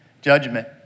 Judgment